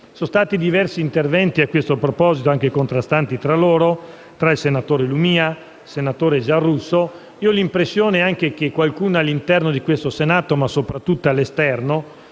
sono stati diversi interventi a questo proposito, anche contrastanti tra loro, tra cui quelli del senatore Lumia e del senatore Giarrusso. Io ho l'impressione che qualcuno, all'interno di questo Senato, ma soprattutto all'esterno,